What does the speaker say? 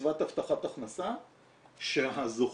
קצבת הבטחת הכנסה שהזוכה